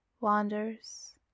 wanders